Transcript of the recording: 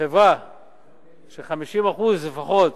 חברה ש-50% לפחות